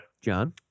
John